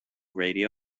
radio